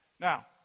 Now